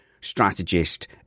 strategist